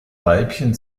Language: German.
weibchen